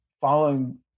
following